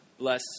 Bless